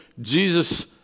Jesus